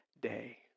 day